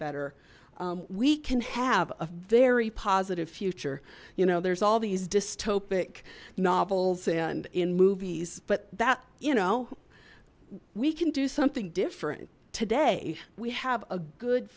better we can have a very positive future you know there's all these dystopic novels and in movies but that you know we can do something different today we have a good